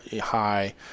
high